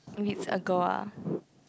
if it's a girl ah